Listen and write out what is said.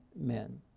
men